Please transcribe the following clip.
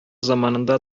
заманында